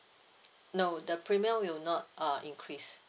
no the premium will not uh increase